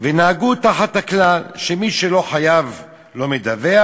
ונהגו תחת הכלל שמי שלא חייב לא מדווח,